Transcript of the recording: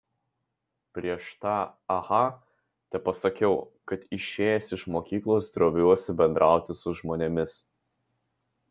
prieš tą aha tepasakiau kad išėjęs iš mokyklos droviuosi bendrauti su žmonėmis